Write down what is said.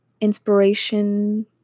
inspiration